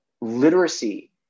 literacy